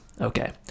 Okay